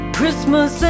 Christmas